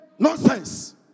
Nonsense